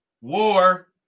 war